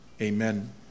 amen